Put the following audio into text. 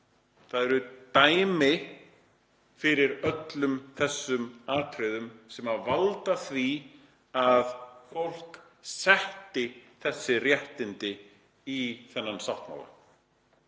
Það eru dæmi fyrir öllum þessum atriðum sem valda því að fólk setti þessi réttindi í þennan sáttmála.